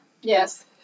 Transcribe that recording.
Yes